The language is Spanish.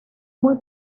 muy